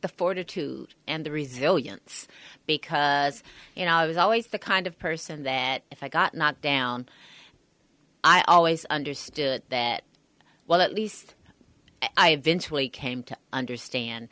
it's because you know i was always the kind of person that if i got knocked down i always understood that well at least i eventually came to understand